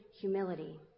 humility